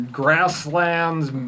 grasslands